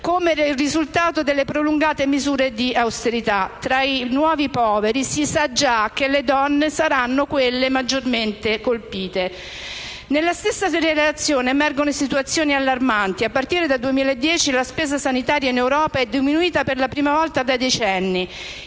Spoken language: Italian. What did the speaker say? come risultato delle prolungate misure di austerità. Tra i nuovi poveri si sa già che le donne saranno quelle maggiormente colpite. Nella stessa relazione emergono situazioni allarmanti. A partire dal 2010 la spesa sanitaria in Europa è diminuita per la prima volta da decenni.